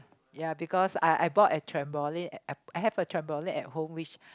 ya because I I bought a trampoline I I have a trampoline at home which